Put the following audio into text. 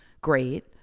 great